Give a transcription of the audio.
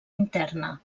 interna